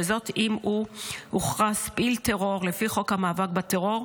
וזאת אם הוא הוכרז פעיל טרור לפי חוק המאבק בטרור,